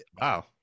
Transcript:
Wow